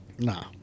Nah